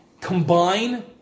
combine